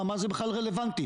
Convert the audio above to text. מה זה בכלל רלבנטי.